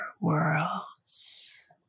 worlds